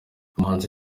umuhanzi